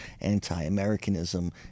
anti-Americanism